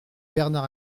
bernard